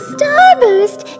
Starburst